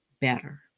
better